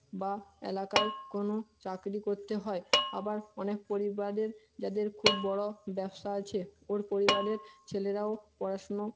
বা এলাকায় কোনো চাকরি করতে হয় আবার অনেক পরিবারের যাদের খুব বড়ো ব্যবসা আছে ওর পরিবারের ছেলেরাও পড়াশুনো